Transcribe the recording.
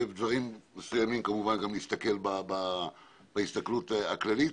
ובדברים מסוימים כמובן גם להסתכל בהסתכלות הכללית,